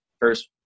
first